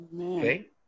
Okay